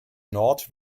nord